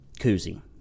koozie